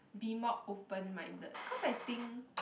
be more open minded cause I think